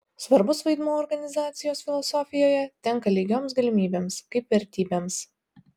svarbus vaidmuo organizacijos filosofijoje tenka lygioms galimybėms kaip vertybėms